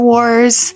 Wars